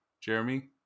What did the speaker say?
Jeremy